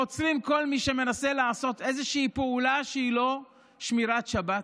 עוצרים כל מי שמנסה לעשות איזושהי פעולה שהיא לא שמירת שבת.